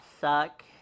suck